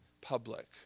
public